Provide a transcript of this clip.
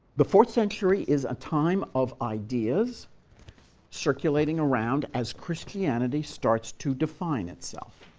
the fourth century is a time of ideas circulating around as christianity starts to define itself.